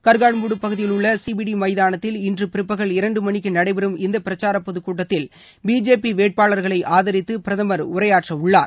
கர்கர்டுமா பகுதியிலுள்ள சிபிடி மைதானத்தில் இன்று பிற்பகல் இரண்டு மணிக்கு நடைபெறும் இந்த பிரச்சார பொதுக் கூட்டத்தில் பிஜேபி வேட்பாளர்களை ஆதரித்து பிரதமர் உரையாற்ற உள்ளார்